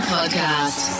Podcast